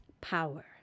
power